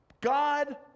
God